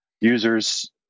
users